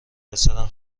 پسرم